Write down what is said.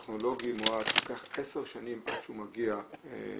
טכנולוגי, לקח עשר שנים עד שהוא מגיע ליעד.